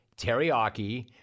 teriyaki